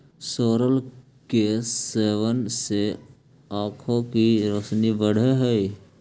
सोरल के सेवन से आंखों की रोशनी बढ़अ हई